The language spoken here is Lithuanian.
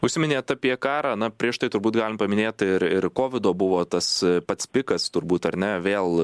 užsiminėt apie karą na prieš tai turbūt galim paminėti ir ir kovido buvo tas pats pikas turbūt ar ne vėl